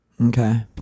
Okay